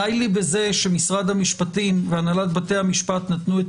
די לי בזה שמשרד המשפטים והנהלת בתי המשפט נתנו את